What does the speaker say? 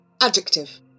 adjective